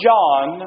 John